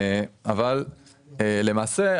למעשה,